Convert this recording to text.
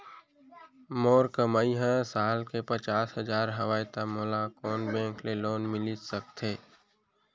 मोर कमाई ह साल के पचास हजार हवय त मोला कोन बैंक के लोन मिलिस सकथे?